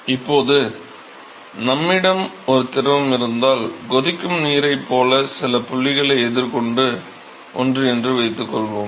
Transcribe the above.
இப்போது நம்மிடம் ஒரு திரவம் இருந்தால் கொதிக்கும் நீரைப் போல சில புள்ளிகளை எதிர்கொண்ட ஒன்று என்று வைத்துக்கொள்வோம்